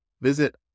Visit